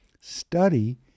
study